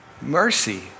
mercy